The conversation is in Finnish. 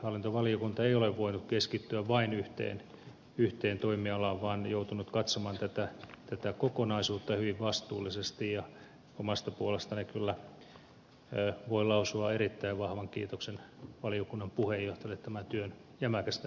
hallintovaliokunta ei ole voinut keskittyä vain yhteen toimialaan vaan on joutunut katsomaan tätä kokonaisuutta hyvin vastuullisesti ja omasta puolestani kyllä voin lausua erittäin vahvan kiitoksen valiokunnan puheenjohtajalle tämän työn jämäkästä eteenpäinviemisestä